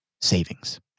savings